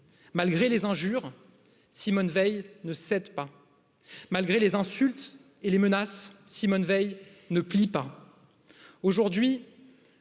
malgré les injures, Simone Veil nee cède pas malgré les insultes et les menaces, Simone Veil ne plie pas.